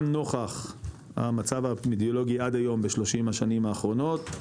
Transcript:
גם נוכח המצב האפידמיולוגי עד היום ב-30 השנים האחרונות,